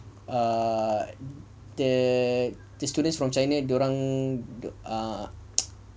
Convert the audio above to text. err the the students from china during the err